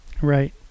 right